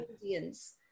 audience